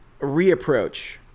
reapproach